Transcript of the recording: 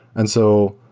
and so,